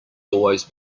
always